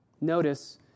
Notice